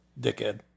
dickhead